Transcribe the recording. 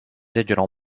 digital